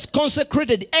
consecrated